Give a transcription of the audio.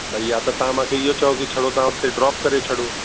भाई या त तव्हां मूंखे इहो चओ की छॾियो था उते ड्रॉप करे छॾियो